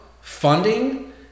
funding